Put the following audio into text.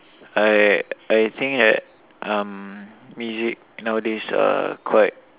I I think like um music nowadays uh quite